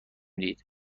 دید